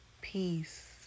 peace